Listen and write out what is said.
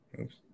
oops